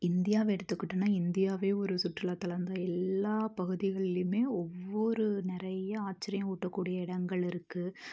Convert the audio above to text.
இந்தியாவை எடுத்துக்கிட்டோம்னா இந்தியாவே ஒரு சுற்றுலாத்தலம்தான் எல்லா பகுதிகள்லேயுமே ஒவ்வொரு நிறையா ஆச்சரியம் ஊட்டக்கூடிய இடங்கள் இருக்குது